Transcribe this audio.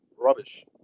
Rubbish